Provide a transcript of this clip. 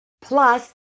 plus